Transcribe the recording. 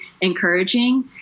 encouraging